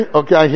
okay